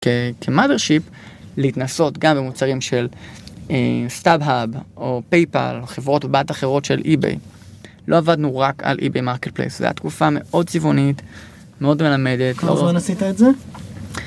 כמאדרשיפ, להתנסות גם במוצרים של סטאב-האב או פייפאל או חברות בת אחרות של אי-ביי. לא עבדנו רק על אי-ביי מרקט פלייס, זו הייתה תקופה מאוד צבעונית, מאוד מלמדת. כמה זמן עשית את זה?